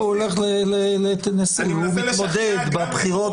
הוא הולך לטנסי, הוא מתמודד בבחירות.